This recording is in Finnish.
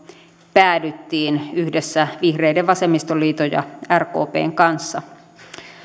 päädyttiin yhdessä vihreiden vasemmistoliiton ja rkpn kanssa